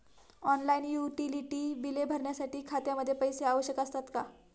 Online utility बिले भरण्यासाठी खात्यामध्ये पैसे आवश्यक असतात का?